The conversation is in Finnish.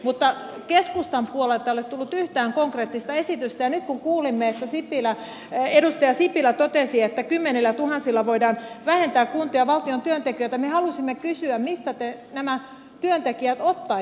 mutta keskustan puolelta ei ole tullut yhtään konkreettista esitystä ja nyt kun kuulimme että edustaja sipilä totesi että kymmenillätuhansilla voidaan vähentää kuntien ja valtion työntekijöitä niin me haluaisimme kysyä mistä te nämä työntekijät ottaisitte